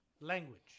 Language